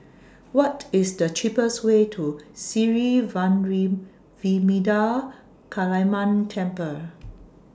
What IS The cheapest Way to Sri Vairavimada Kaliamman Temple